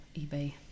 eBay